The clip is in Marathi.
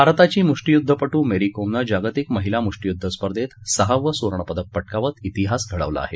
भारताची मुष्टीयुद्धपट्र मेरी कोमनं जागतिक महिला मुष्टीयुद्ध स्पर्धेत सहावं सुवर्णपदक पटकावत शििहास घडवला आहे